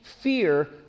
fear